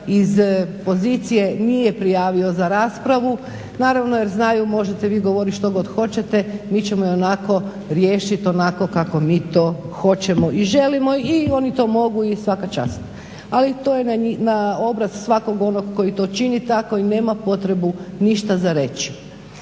iz pozicije nije prijavio za raspravu. Naravno jer znaju možete vi govoriti što god hoćete mi ćemo ionako riješiti onako kako mi to hoćemo i želimo i oni to mogu i svaka čast. Ali, to je na obraz svakog onog koji to čini tako i nema potrebu ništa za reći.